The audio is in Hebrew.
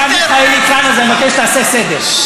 מרב מיכאלי כאן, אז אני מבקש שתעשה סדר.